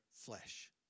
flesh